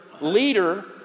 leader